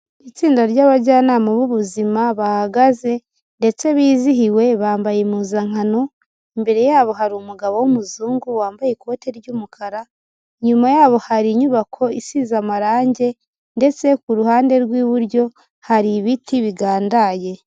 Itsinda ry'abajyanama b'ubuzima bahagaze ndetse bizihiwe, bambaye impuzankano, imbere yabo hari umugabo w'umuzungu wambaye ikoti ry'umukara, inyuma yabo hari inyubako isize amarangi, ndetse ku ruhande rw'iburyo hari ibiti bigandaye.